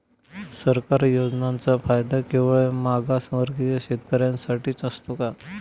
सरकारी योजनांचा फायदा केवळ मागासवर्गीय शेतकऱ्यांसाठीच असतो का?